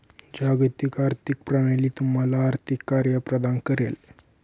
जागतिक आर्थिक प्रणाली तुम्हाला आर्थिक कार्ये प्रदान करेल